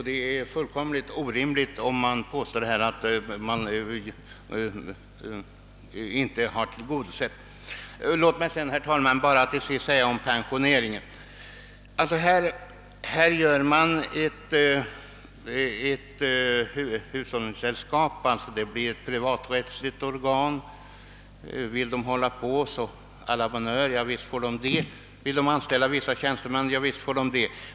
Det är fullkomligt orimligt att påstå att motionernas syfte inte har tillgodosetts. Hushållningssällskapen blir alltså privaträttsliga organ. Om de vill fortsätta sin verksamhet så visst får de göra det, och vill de anställa vissa tjänstemän så visst får de det.